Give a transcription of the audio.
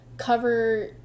cover